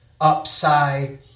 upside